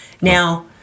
Now